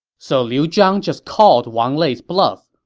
so liu zhang just called wang lei's bluff.